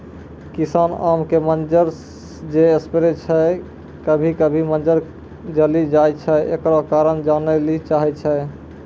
किसान आम के मंजर जे स्प्रे छैय कभी कभी मंजर जली जाय छैय, एकरो कारण जाने ली चाहेय छैय?